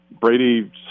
Brady